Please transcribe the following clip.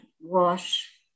wash